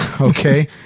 okay